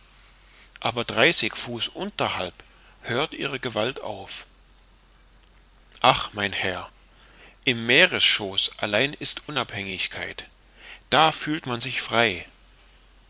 aber dreißig fuß unterhalb hört ihre gewalt auf ach mein herr im meeresschoß allein ist unabhängigkeit da fühlt man sich frei